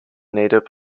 native